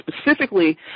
specifically